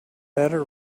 better